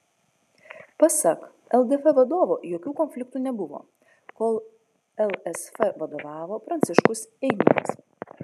pasak ldf vadovo jokių konfliktų nebuvo kol lsf vadovavo pranciškus eigminas